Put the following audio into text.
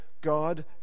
God